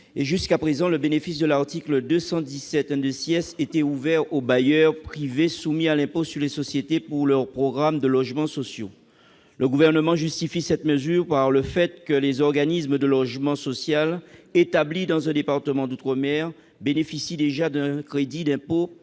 Jusqu'à présent, le bénéfice de l'article 217 était ouvert aux bailleurs privés soumis à l'impôt sur les sociétés pour leurs programmes de logements sociaux. Le Gouvernement justifie cette mesure par le fait que les organismes de logement social établis dans un département d'outre-mer bénéficient déjà d'un crédit d'impôt